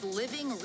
living